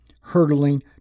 hurtling